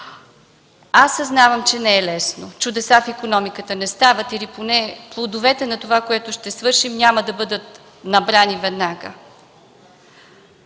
Съзнавам, че не е лесно. Чудеса в икономиката не стават, или поне плодовете на това, което ще свършим, няма да бъдат набрани веднага.